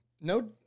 No